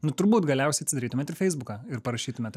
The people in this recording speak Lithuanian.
nu turbūt galiausiai atsidarytumėt ir feisbuką ir parašytumėt